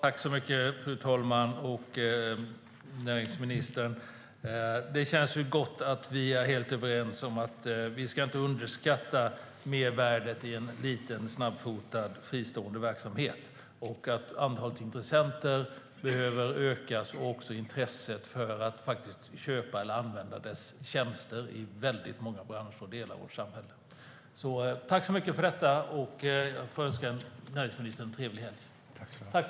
Fru talman! Det känns gott att vi är helt överens om att vi inte ska underskatta mervärdet i en liten, snabbfotad och fristående verksamhet, att antalet intressenter behöver ökas liksom intresset för att köpa eller använda dess tjänster i många branscher och i delar av vårt samhälle. Tack så mycket för debatten! Jag önskar näringsministern en trevlig helg.